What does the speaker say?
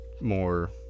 more